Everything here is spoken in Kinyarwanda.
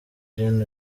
gen